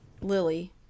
Lily